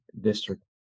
District